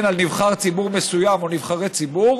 על נבחר ציבור מסוים או נבחרי ציבור,